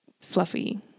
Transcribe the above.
fluffy